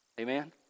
Amen